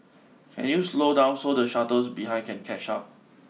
can you slow down so the shuttles behind can catch up